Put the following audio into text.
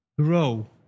grow